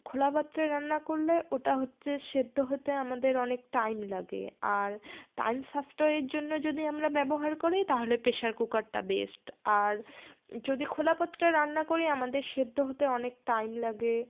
খোলা পাত্রে রান্না করলে ওটা হচ্ছে সেদ্ধ হতে আমাদের অনেক টাইম লাগে আর টাইম সাশ্রয়ের জন্য যদি আমরা ব্যবহার করি তাহলে প্রেশার কুকারটা বেস্ট আর যদি খোলা পাত্রে রান্না করি আমাদের সেদ্ধ হতে অনেক টাইম লাগে